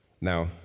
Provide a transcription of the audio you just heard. Now